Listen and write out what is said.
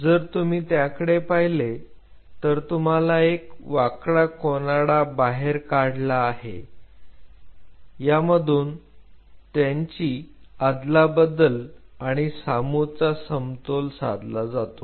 जर तुम्ही त्याकडे पाहिले तर तुम्हाला एक वाकडा कोणाडा बाहेर काढला आहे यामधून त्यांची अदलाबदल आणि सामू चा समतोल साधला जातो